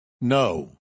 no